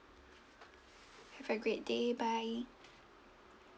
have a great day bye